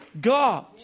God